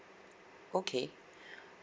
okay